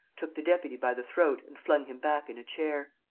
took the deputy by the throat and flung him back in a chair.